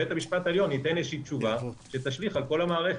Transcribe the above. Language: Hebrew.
בית המשפט העליון ייתן איזושהי תשובה שתשליך על כל המערכת,